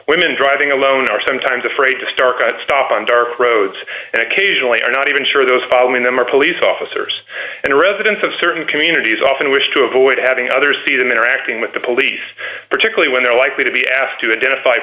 women driving alone are sometimes afraid of stark i'd stop on dark roads and occasionally are not even sure those following them are police officers and residents of certain communities often wish to avoid having others see them interacting with the police particularly when they're likely to be asked to i